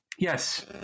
Yes